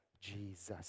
Jesus